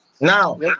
Now